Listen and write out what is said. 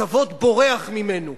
הכבוד בורח ממנו.